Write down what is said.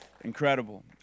Incredible